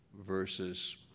versus